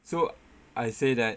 so I say that